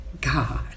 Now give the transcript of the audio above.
God